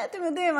אתם יודעים,